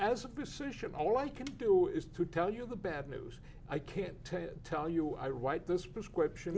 precision all i can do is to tell you the bad news i can't tell you i write this prescription